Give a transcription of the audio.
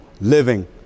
living